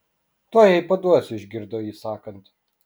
tuoj jai paduosiu išgirdo jį sakant